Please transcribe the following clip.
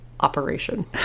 operation